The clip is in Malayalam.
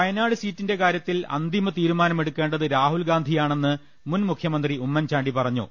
വയനാട് സീറ്റിന്റെ കാര്യത്തിൽ അന്തിമ തീരുമാനമെടുക്കേണ്ടത് രാഹുൽഗാന്ധിയാണെന്ന് മുൻമുഖ്യമന്ത്രി ഉമ്മൻചാണ്ടി പറഞ്ഞു